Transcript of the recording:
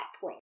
point